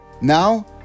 Now